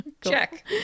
check